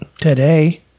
today